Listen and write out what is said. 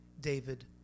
David